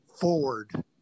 forward